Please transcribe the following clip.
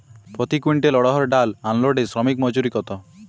প্রতি কুইন্টল অড়হর ডাল আনলোডে শ্রমিক মজুরি কত?